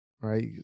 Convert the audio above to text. right